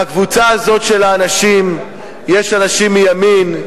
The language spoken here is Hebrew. בקבוצה הזאת של האנשים יש אנשים מימין,